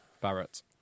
Barrett